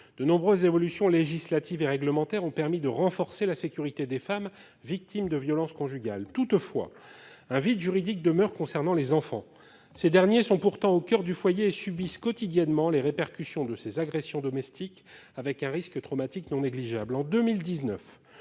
de nombreuses évolutions législatives et réglementaires ont permis de renforcer la sécurité des femmes victimes de violences conjugales. Toutefois, un vide juridique demeure concernant les enfants. Ces derniers sont pourtant au coeur du foyer et subissent quotidiennement les répercussions de ces agressions domestiques, avec un risque traumatique non négligeable. En 2019,